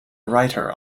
writer